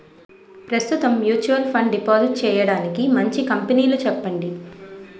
ప్రస్తుతం mutual fund deposit చేయడానికి మంచి కంపెనీలు చెప్పండి